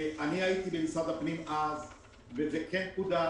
אני הייתי אז במשרד הפנים וזה כן סודר